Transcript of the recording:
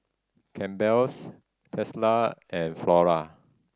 Campbell's Tesla and Flora